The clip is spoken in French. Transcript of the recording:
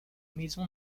maison